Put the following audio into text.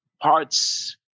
parts